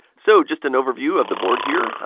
so, just an overview of the board here.